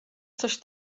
coś